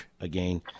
again